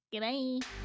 goodbye